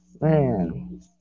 Man